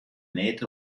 nähte